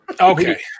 Okay